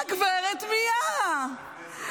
הגברת מיארה.